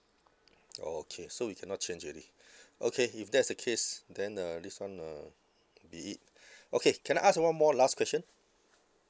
okay so we cannot change already okay if that's the case then uh this one uh be it okay can I ask one more last question